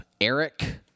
Eric